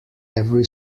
every